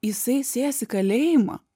jisai sės į kalėjimą